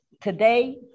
today